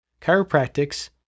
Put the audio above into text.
chiropractics